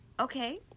Okay